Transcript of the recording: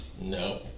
No